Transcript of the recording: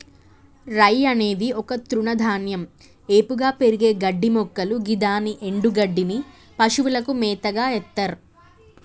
రై అనేది ఒక తృణధాన్యం ఏపుగా పెరిగే గడ్డిమొక్కలు గిదాని ఎన్డుగడ్డిని పశువులకు మేతగ ఎత్తర్